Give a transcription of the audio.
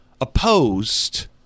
opposed